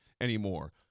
anymore